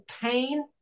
pain